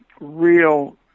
real